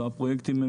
והפרויקטים,